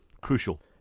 crucial